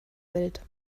welt